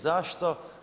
Zašto?